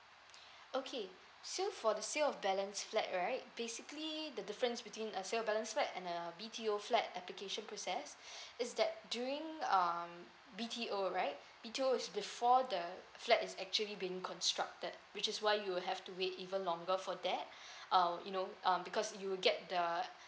okay so for the sale of balance flat right basically the difference between a sale balance flat and a B_T_O flat application process is that during um B_T_O right B_T_O is before the flat is actually been constructed which is why you will have to wait even longer for that um you know um because you will get the